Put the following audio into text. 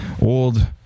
old